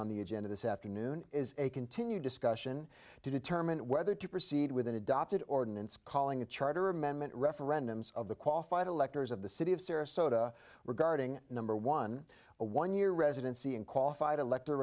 on the agenda this afternoon is a continued discussion to determine whether to proceed with an adopted ordinance calling a charter amendment referendums of the qualified electors of the city of sarasota regarding number one a one year residency and qualified elect